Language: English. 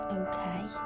okay